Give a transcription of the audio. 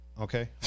Okay